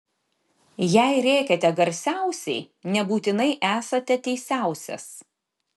jei rėkiate garsiausiai nebūtinai esate teisiausias